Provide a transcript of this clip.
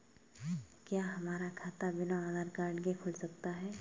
क्या हमारा खाता बिना आधार कार्ड के खुल सकता है?